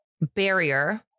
barrier